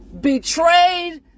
betrayed